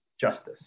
justice